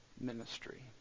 ministry